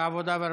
העבודה והרווחה.